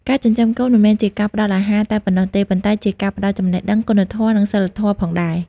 ការចិញ្ចឹមកូនមិនមែនជាការផ្ដល់អាហារតែប៉ុណ្ណោះទេ ប៉ុន្តែជាការផ្ដល់ចំណេះដឹង គុណធម៌ និងសីលធម៌ផងដែរ។